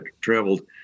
traveled